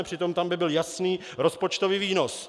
Přitom tam by byl jasný rozpočtový výnos.